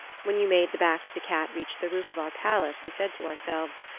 when you made the back of the cat reach the roof of our palace we said to ourselves,